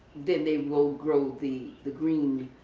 then they will grow the the green